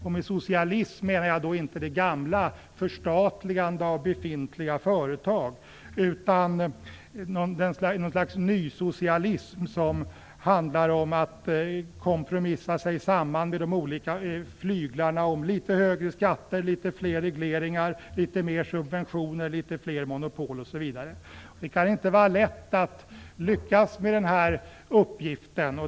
Och med "socialism" menar jag då inte förstatligande av befintliga företag, som var den gamla betydelsen. Det finns ett slags nysocialism som handlar om att kompromissa sig samman med de olika flyglarna om litet högre skatter, litet fler regleringar, litet mer subventioner, litet fler monopol, osv. Det kan inte vara lätt att lyckas med den uppgiften.